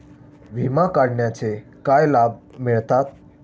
विमा काढण्याचे काय लाभ मिळतात?